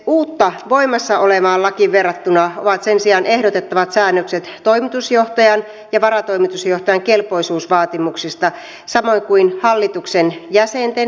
uutta voimassa olevaan lakiin verrattuna ovat sen sijaan ehdotettavat säännökset toimitusjohtajan ja varatoimitusjohtajan kelpoisuusvaatimuksista samoin kuin hallituksen jäsenten ja hallituksen kelpoisuusvaatimukset